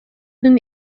than